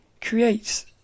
creates